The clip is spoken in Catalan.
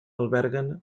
alberguen